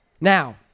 Now